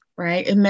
right